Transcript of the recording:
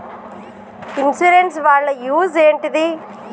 Insurance వాళ్ల use ఏంటిది?